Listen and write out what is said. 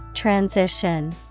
Transition